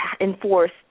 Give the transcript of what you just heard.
enforce